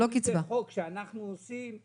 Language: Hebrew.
אבל אם זה בחוק שאנחנו עושים,